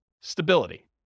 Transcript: stability